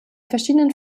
verschiedenen